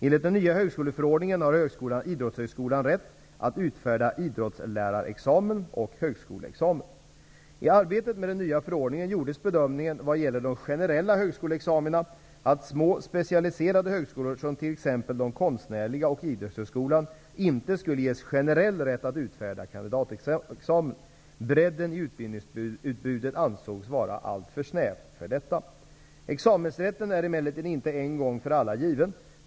Enligt den nya högskoleförordningen har I arbetet med den nya förordningen gjordes bedömningen, vad gäller de generella högskoleexamina, att små specialiserade högskolor som t.ex. de konstnärliga och Idrottshögskolan inte skulle ges generell rätt att utfärda kandidatexamen. Bredden i utbildningsutbudet ansågs vara alltför snävt. Examensrätten är emellertid inte en gång för alla given.